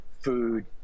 food